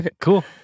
Cool